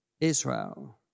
Israel